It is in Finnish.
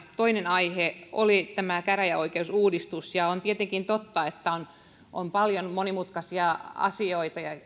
toinen aihe oli tämä käräjäoikeusuudistus on tietenkin totta että on on paljon monimutkaisia asioita